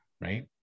Right